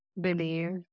believe